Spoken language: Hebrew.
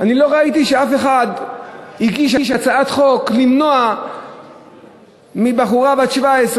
אני לא ראיתי שמישהו הגיש הצעת חוק למנוע מבחורה בת 17,